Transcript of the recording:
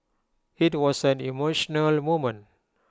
IT was an emotional moment